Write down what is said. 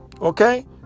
okay